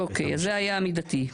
אוקיי, זה היה המידתי.